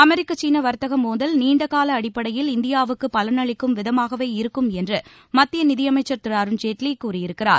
அமெிக்க சீன வர்த்தக மோதல் நீண்டகால அடிப்படையில் இந்தியாவுக்கு பலனளிக்கும் விதமாகவே இருக்கும் என்று மத்திய நிதியமைச்சு் திரு அருண் ஜேட்லி கூறியிருக்கிறார்